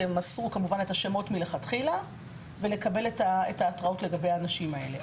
שמסרו את השמות מלכתחילה ולקבל את ההתרעות לגבי האנשים האלה.